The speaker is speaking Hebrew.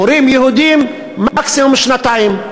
ומורים יהודים אחרי מקסימום שנתיים?